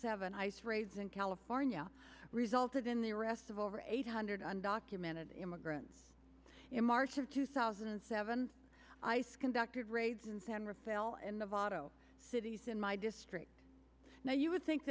seven ice raids in california resulted in the arrest of over eight hundred and documented immigrants in march of two thousand and seven ice conducted raids in san rafale in the votto cities in my district now you would think